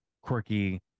quirky